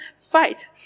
fight